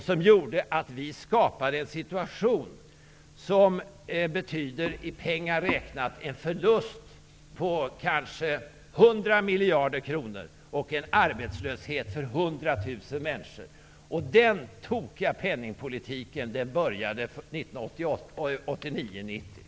Den gjorde att det skapades en situation som i pengar räknat betyder en förlust på kanske 100 miljarder kronor och en arbetslöshet för 100 000 människor. Den tokiga penningpolitiken började 1989/90. Tack!